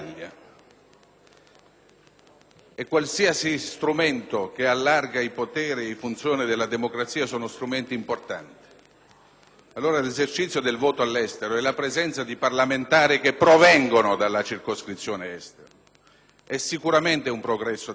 Qualsiasi strumento ampli i poteri in funzione della democrazia è importante. L'esercizio del voto all'estero e la presenza di parlamentari che provengono dalla circoscrizione Estero sono sicuramente un progresso della democrazia.